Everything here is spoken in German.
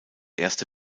erste